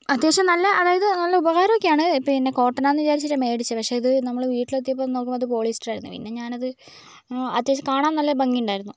അത്യാവശ്യം നല്ല അതായത് നല്ല ഉപകാരമൊക്കെയാണ് പിന്നെ കോട്ടൺ ആണെന്ന് വിചാരിച്ചിട്ടാണ് മേടിച്ചത് പക്ഷേ ഇത് നമ്മൾ വീട്ടിലെത്തിയപ്പോൾ നോക്കുമ്പോൾ അത് പോളിസ്റ്റർ ആയിരുന്നു പിന്നെ ഞാൻ അത് അത്യാവശ്യം കാണാൻ നല്ല ഭംഗിയുണ്ടായിരുന്നു